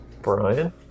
Brian